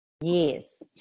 Yes